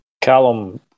Callum